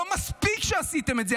לא מספיק שעשיתם את זה,